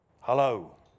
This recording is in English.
Hello